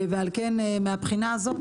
ועל כן מהבחינה הזאת,